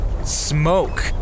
Smoke